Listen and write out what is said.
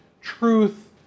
truth